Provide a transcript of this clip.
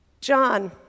John